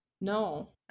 no